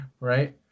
right